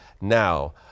now